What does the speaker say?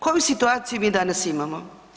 Koju situaciju mi danas imamo?